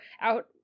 out